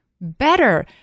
better